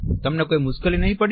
તમને કોઈ મુશ્કેલી નહિ પડેને